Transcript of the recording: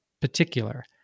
particular